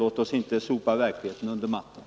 Låt oss inte sopa verkligheten under mattan.